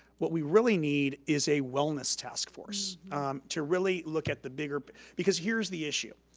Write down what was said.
what we really need is a wellness task force to really look at the bigger, because here's the issue.